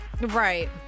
Right